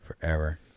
forever